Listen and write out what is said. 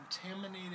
contaminated